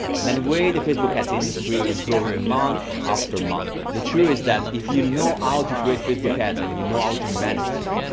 and anyway the facebook ads industry is growing month after month. the true is that if you know how ah to create facebook ads and you know how to manage them.